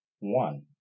One